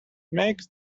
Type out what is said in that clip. makes